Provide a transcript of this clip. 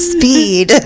Speed